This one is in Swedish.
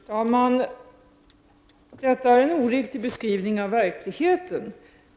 Herr talman! Detta är en oriktig beskrivning av verkligheten.